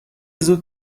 زود